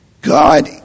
God